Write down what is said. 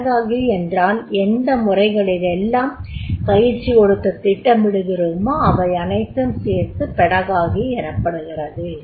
pedagogy என்றால் எந்தெந்த முறைகளிலெல்லாம் பயிற்சி கொடுக்க திட்டமிடுகிறோமோ அவையனைத்தும் சேர்த்து பெடகாகி எனப்படுகிறது